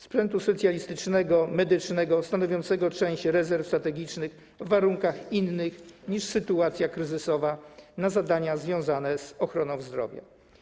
sprzętu specjalistycznego, medycznego stanowiącego część rezerw strategicznych w warunkach innych niż sytuacja kryzysowa na zadania związane z ochroną zdrowia.